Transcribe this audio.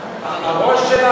הראש שלי,